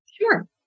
Sure